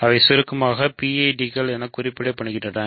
அவை சுருக்கமாக PID கள் என குறிப்பிடப்படுகின்றன